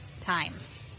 times